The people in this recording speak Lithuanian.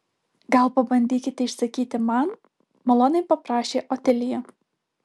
gal pabandykite išsakyti man maloniai paprašė otilija